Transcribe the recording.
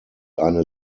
eine